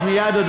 מייד,